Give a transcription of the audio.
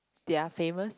they are famous